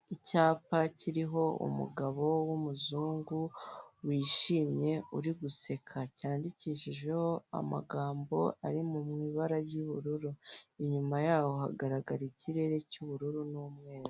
Icyapa kiriho umugabo w'umuzungu wishimye uri guseka cyandikishijeho amagambo ari mu ibara ry'ubururu, inyuma y'aho hagaragara ikirere cy'ubururu n'umweru.